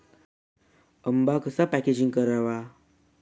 आंबा कसा पॅकेजिंग करावा?